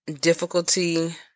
difficulty